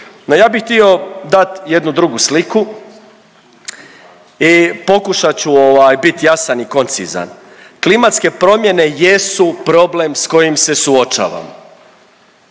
ja bih htio dat jednu drugu sliku i pokušat ću ovaj bit jasan i koncizan. Klimatske promjene jesu problem s kojim se suočavamo,